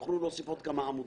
תוכלו להוסיף עוד כמה עמודים.